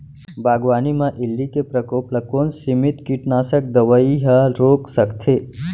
बागवानी म इल्ली के प्रकोप ल कोन सीमित कीटनाशक दवई ह रोक सकथे?